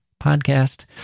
podcast